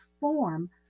form